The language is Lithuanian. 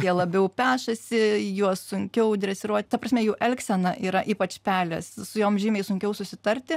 jie labiau pešasi juos sunkiau dresiruot ta prasme jų elgsena yra ypač pelės su jom žymiai sunkiau susitarti